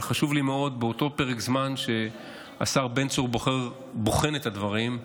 אבל חשוב לי מאוד שבאותו פרק זמן שהשר בן צור בוחן את הדברים,